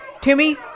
Timmy